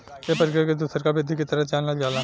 ए प्रक्रिया के दुसरका वृद्धि के तरह जानल जाला